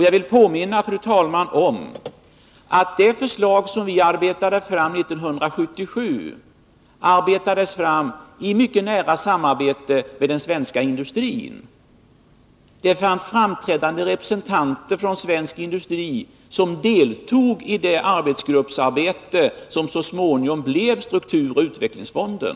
Jag vill påminna om att det förslag som vi lade fram 1977 arbetades fram i mycket nära samarbete med den svenska industrin. Framträdande representanter från svensk industri deltog i det arbetsgruppsarbete som så småningom ledde fram till strukturoch utvecklingsfonden.